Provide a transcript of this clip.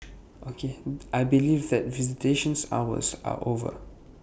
I believe that visitation hours are over